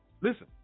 Listen